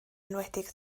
enwedig